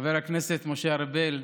חבר הכנסת משה ארבל,